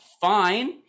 fine